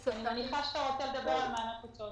אני מניחה שאתה רוצה לדבר על מענק הוצאות